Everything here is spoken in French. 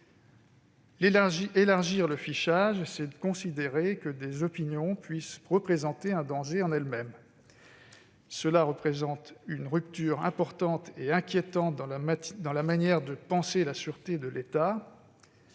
Élargir le fichage, c'est considérer que des opinions puissent représenter un danger en elles-mêmes. Cela représente une rupture importante et inquiétante dans la manière de penser la sûreté de l'État.